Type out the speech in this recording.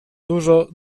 dużo